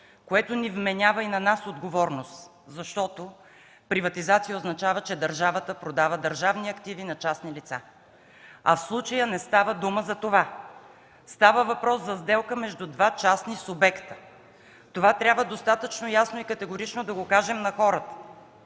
което ни вменява отговорност и на нас, защото приватизация означава, че държавата продава държавни активи на частни лица, а в случая не става дума за това. Става въпрос за сделка между два частни субекта. Това трябва достатъчно ясно и категорично да го кажем на хората.